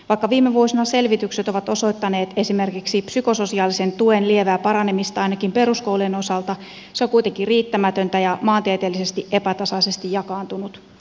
vaikka viime vuosina selvitykset ovat osoittaneet esimerkiksi psykososiaalisen tuen lievää paranemista ainakin peruskoulujen osalta se on kuitenkin riittämätöntä ja maantieteellisesti epätasaisesti jakaantunut